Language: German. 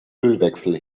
ölwechsel